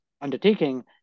undertaking